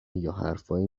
یاحرفایی